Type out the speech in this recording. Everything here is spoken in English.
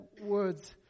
words